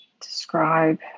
describe